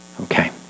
Okay